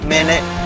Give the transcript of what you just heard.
Minute